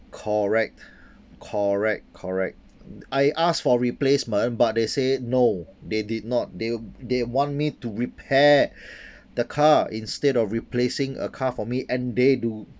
correct correct correct I asked for replacement but they say no they did not they they want me to repair the car instead of replacing a car for me and they do